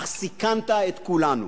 אך סיכנת את כולנו.